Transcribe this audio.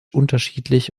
unterschiedlich